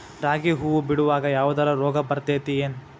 ರಾಗಿ ಹೂವು ಬಿಡುವಾಗ ಯಾವದರ ರೋಗ ಬರತೇತಿ ಏನ್?